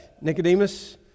Nicodemus